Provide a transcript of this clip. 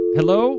Hello